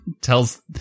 Tells